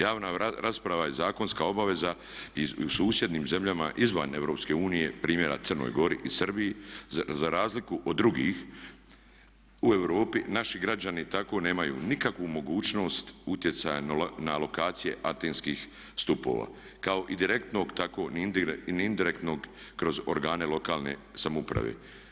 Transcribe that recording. Javna rasprava je zakonska obaveza i u susjednim zemljama izvan Europske unije primjera Crnoj Gori i Srbiji za razliku od drugih u Europi naši građani tako nemaju nikakvu mogućnost utjecaja na lokacije antenskih stupova kao i direktnog tako ni indirektnog kroz organe lokalne samouprave.